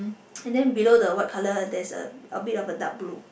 and then below the white colour there is a a bit of the dark blue